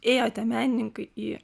ėjo tie menininkai į